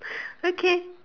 okay